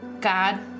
God